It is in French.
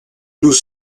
nous